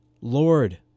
Lord